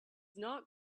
not